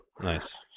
Nice